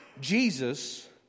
Jesus